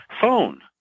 phone